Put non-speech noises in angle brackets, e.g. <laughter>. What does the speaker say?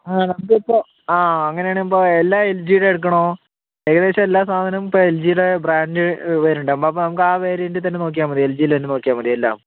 നമുക്കിപ്പോൾ ആ അങ്ങനെയാണെങ്കിൽ ഇപ്പോൾ എല്ലാം എൽ ജിയുടെ എടുക്കണോ ഏകദേശം എല്ലാ സാധനവും ഇപ്പോൾ എൽ ജിയുടെ ബ്രാൻ്റ് വരുന്നുണ്ട് <unintelligible> നമുക്ക് ആ വേരിയൻ്റിൽത്തന്നെ നോക്കിയാൽ മതിയോ എൽ ജിയിൽ തന്നെ നോക്കിയാൽ മതിയോ എല്ലാം